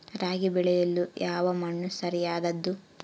ರಾಗಿ ಬೆಳೆಯಲು ಯಾವ ಮಣ್ಣು ಸರಿಯಾದದ್ದು?